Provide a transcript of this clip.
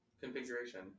configuration